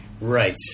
Right